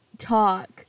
talk